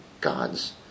God's